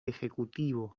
ejecutivo